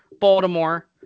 Baltimore